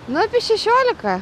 nu apie šešiolika